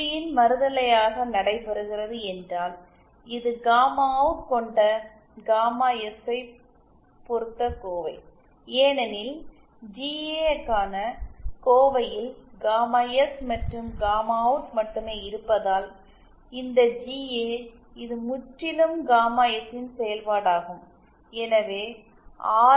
பியின் மறுதலையாக நடைபெறுகிறது என்றால் இது காமா அவுட் கொண்ட காமா எஸ் ஐப் பொறுத்த எக்ஸ்பிரஷன் ஏனெனில் ஜிஏ க்கான எக்ஸ்பிரஷனில் காமா எஸ் மற்றும் காமா அவுட் மட்டுமே இருப்பதால் இந்த ஜிஏ இது முற்றிலும் காமா எஸ் இன் செயல்பாடாகும் எனவே ஆர்